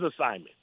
assignment